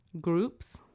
groups